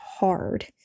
hard